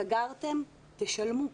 סגרתם תשלמו.